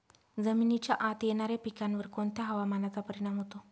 जमिनीच्या आत येणाऱ्या पिकांवर कोणत्या हवामानाचा परिणाम होतो?